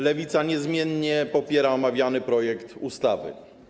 Lewica niezmiennie popiera omawiamy projekt ustawy.